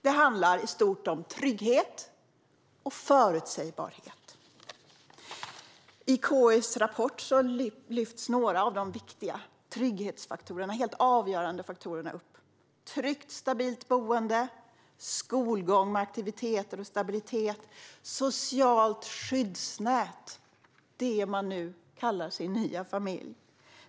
Det handlar i stort om trygghet och förutsägbarhet. I KI:s rapport lyfts några av de helt avgörande trygghetsfaktorerna upp. Det handlar om ett tryggt och stabilt boende, om skolgång med aktiviteter och stabilitet och om ett socialt skyddsnät, det man nu kallar sin nya familj.